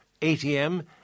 ATM